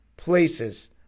Places